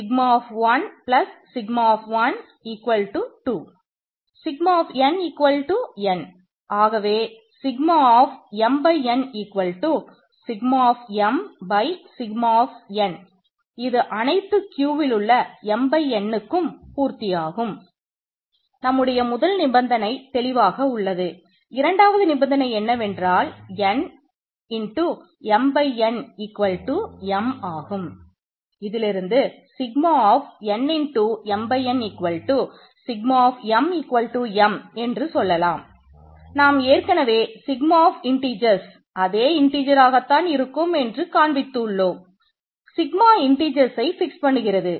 எனவே sigma n m ஆகும்